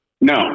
No